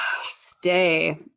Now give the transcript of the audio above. stay